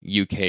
UK